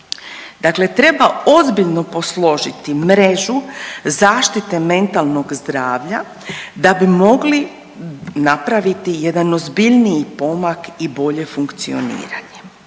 Dakle, treba ozbiljno posložiti mrežu zaštite mentalnog zdravlja da bi mogli napraviti jedan ozbiljniji pomak i bolje funkcioniranje.